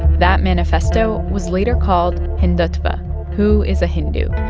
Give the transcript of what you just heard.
that manifesto was later called hindutva who is a hindu?